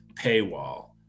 paywall